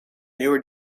newer